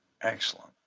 Excellent